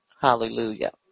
Hallelujah